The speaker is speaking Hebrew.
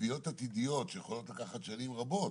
תביעות עתידיות שיכולות לקחת שנים רבות